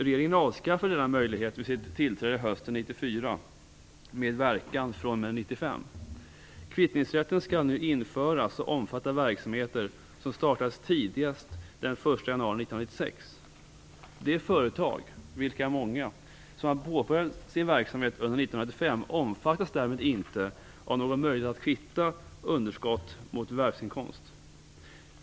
Regeringen avskaffade denna möjlighet vid sitt tillträde hösten 1994 med verkan fr.o.m. 1995. Kvittningsrätten skall nu införas och omfatta verksamheter som startats tidigast den 1 januari 1996. De företag - det är många - som har påbörjat sin verksamhet under 1995 omfattas därmed inte av någon möjlighet att kvitta underskott mot förvärvsinkomst.